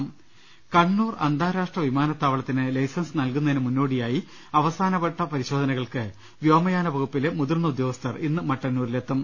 ്്്്്് കണ്ണൂർ അന്താരാഷ്ട്ര വിമാനത്താവളത്തിന് ലൈസൻസ് നൽകുന്നതിന് മുന്നോടിയായി അവസാന വട്ട പരിശോധനകൾക്ക് വ്യോമ്യാന് വകുപ്പിലെ മുതിർന്ന ഉദ്യോഗസ്ഥർ ഇന്ന് മട്ടന്നൂരിലെത്തും